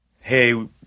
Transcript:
hey